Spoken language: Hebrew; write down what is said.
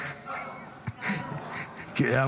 סלומון, תודה.